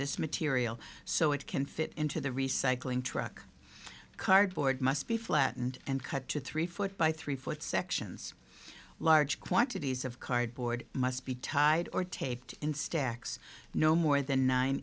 this material so it can fit into the recycling truck cardboard must be flattened and cut to three foot by three foot sections large quantities of cardboard must be tied or taped in stacks no more than nine